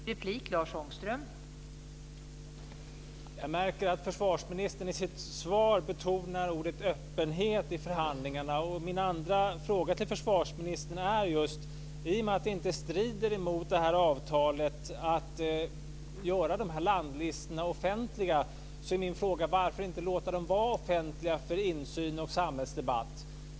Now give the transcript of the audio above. Fru talman! Jag märker att försvarsministern i sitt svar betonar ordet öppenhet i förhandlingarna. Min andra fråga till försvarsministern gäller just det. I och med att det inte strider mot avtalet att göra landlistorna offentliga är min fråga: Varför inte låta dem vara offentliga för insyn och samhällsdebatt?